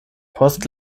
post